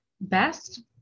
best